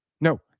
No